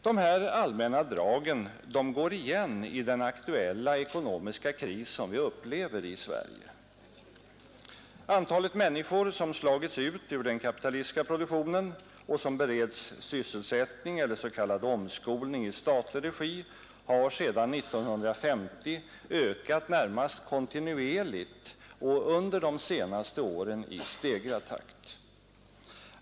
Dessa allmänna drag går igen i den aktuella ekonomiska kris som vi upplever i Sverige. Antalet människor som slagits ut ur den kapitalistiska produktionen och som bereds sysselsättning eller s.k. omskolning i statlig regi har sedan 1950 ökat närmast kontinuerligt och under de senaste åren i stegrad takt.